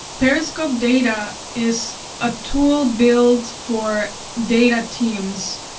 periscope data is a tool build for data teams.